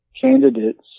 candidates